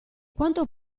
quanto